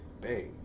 babe